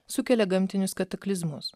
sukelia gamtinius kataklizmus